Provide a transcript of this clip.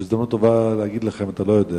וזו הזדמנות טובה לומר לך אם אתה לא יודע,